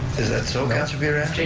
is that so, councilor